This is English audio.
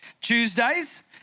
Tuesdays